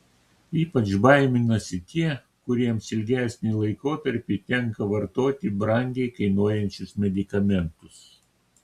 ypač baiminasi tie kuriems ilgesnį laikotarpį tenka vartoti brangiai kainuojančius medikamentus